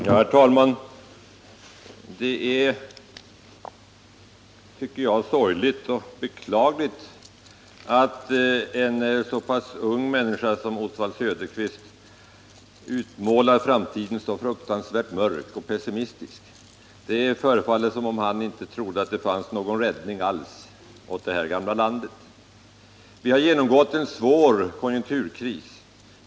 Herr talman! Jag tycker att det är sorgligt och beklagligt att en så relativt ung människa som Oswald Söderqvist utmålar framtiden så fruktansvärt mörk och pessimistisk. Det förefaller som om han inte trodde att det fanns någon räddning alls för det här gamla landet. Vi har genomgått en svår konjunkturkris.